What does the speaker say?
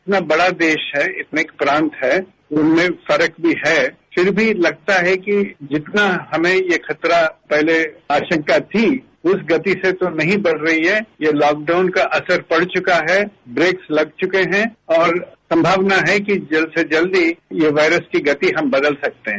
इतना बड़ा देश है इतने प्रांत हैं उनमें फर्क भी है फिर भी लगता है कि जितना हमें ये खतरा पहले आशंका थी उस गति से तो नहीं बढ़ रही है ये लॉकडाउन का असर पड़ चुका है ब्रेक लग चुके हैं और संभावना है कि ये वायरस की गति हम बदल सकते हैं